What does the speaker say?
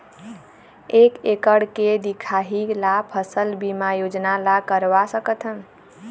एक एकड़ के दिखाही ला फसल बीमा योजना ला करवा सकथन?